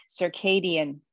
circadian